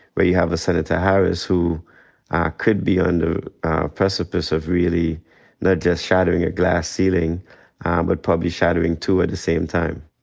where you have senator harris, who could be on the precipice of really not just shattering a glass ceiling but probably shattering two at the same time.